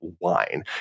wine